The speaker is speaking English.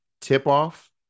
tip-off